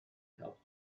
helped